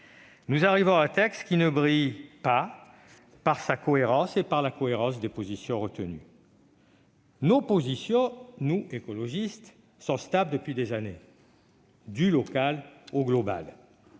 nous arrivons à un texte qui ne brille pas par la cohérence des positions retenues. Nos positions, à nous, écologistes, sont stables depuis des années :« du local au global